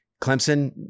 Clemson